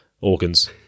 organs